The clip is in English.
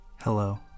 Hello